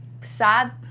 sad